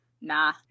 nah